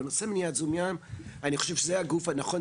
אבל בנושא מניעת זיהום ים אני חושב שזה הגוף הנכון,